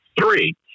three